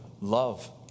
love